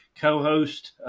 co-host